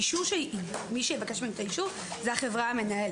מי שיבקש את האישור זאת החברה המנהלת.